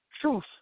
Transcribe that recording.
truth